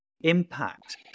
impact